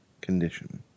condition